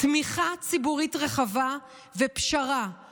תמיכה ציבורית רחבה ופשרה,